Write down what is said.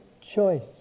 choice